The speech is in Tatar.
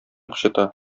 кычыта